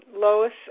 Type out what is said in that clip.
Lois